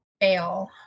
fail